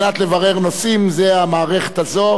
ואני מזמין את חברי הכנסת לשאול שאילתות דחופות,